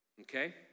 Okay